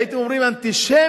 הייתם אומרים: אנטישמיות.